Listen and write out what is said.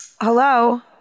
hello